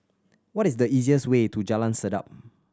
what is the easiest way to Jalan Sedap